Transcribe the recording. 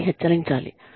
వారిని హెచ్చరించాలి